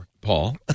Paul